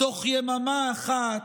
תוך יממה אחת,